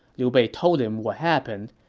liu bei told him what happened,